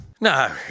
No